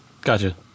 Gotcha